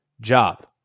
job